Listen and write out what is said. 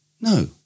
no